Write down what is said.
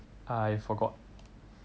I forgot